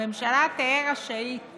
הממשלה תהא רשאית